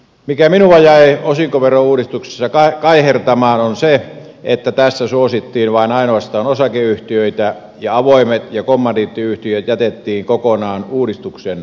mikä minua jäi osinkoverouudistuksessa kaihertamaan on se että tässä suosittiin ainoastaan osakeyhtiöitä ja avoimet ja kommandiittiyhtiöt jätettiin kokonaan uudistuksen ulkopuolelle